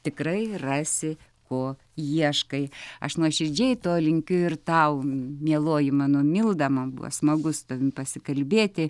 tikrai rasi ko ieškai aš nuoširdžiai to linkiu ir tau mieloji mano milda man buvo smagu su tavim pasikalbėti